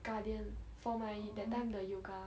Guardian for my that time the yoga